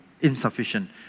insufficient